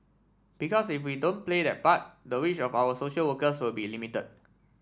because if we don't play that part the reach of our social workers will be limited